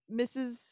Mrs